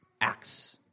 acts